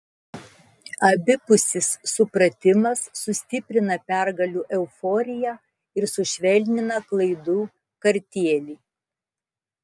abipusis supratimas sustiprina pergalių euforiją ir sušvelnina klaidų kartėlį